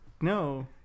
No